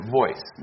voice